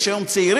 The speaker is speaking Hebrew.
יש היום צעירים,